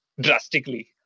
drastically